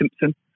Simpson